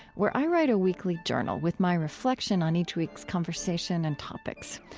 where i write a weekly journal with my reflection on each week's conversation and topics.